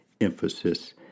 emphasis